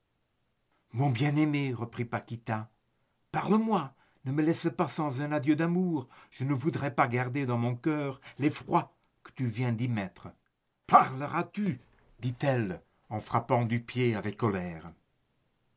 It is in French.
mon bien-aimé reprit paquita parle-moi ne me laisse pas sans un adieu d'amour je ne voudrais pas garder dans mon cœur l'effroi que tu viens d'y mettre parleras-tu dit-elle en frappant du pied avec colère